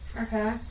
okay